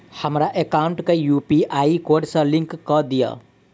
हमरा एकाउंट केँ UPI code सअ लिंक कऽ दिऽ?